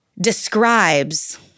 describes